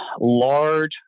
large